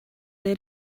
they